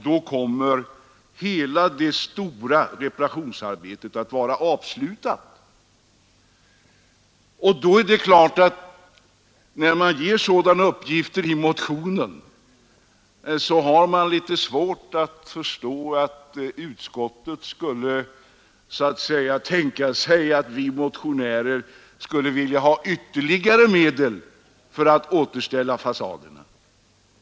Då kommer hela det stora reparationsarbetet att vara avslutat. När det givits sådana uppgifter i motionen har man litet svårt att förstå att utskottet skulle kunna tänka sig att vi motionärer skulle vilja ha ytterligare medel för återställande av fasaderna.